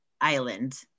island